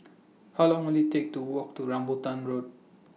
How Long Will IT Take to Walk to Rambutan Road